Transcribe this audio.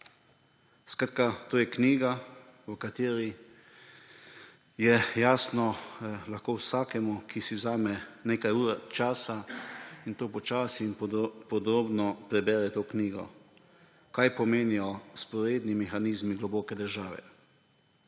Skratka, to je knjiga, zaradi katere je lahko jasno vsakemu, ki si vzame nekaj ur časa in počasi in podrobno prebere to knjigo, kaj pomenijo vzporedni mehanizmi globoke države.